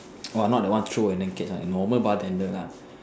!wah! not the one throw and then catch one normal bartender lah